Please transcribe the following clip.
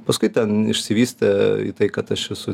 paskui ten išsivystė tai kad aš esu